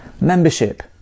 membership